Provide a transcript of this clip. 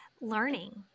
learning